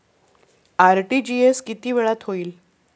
RTGS किती वेळात होईल?